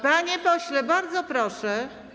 Panie pośle, bardzo proszę.